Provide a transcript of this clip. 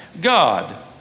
God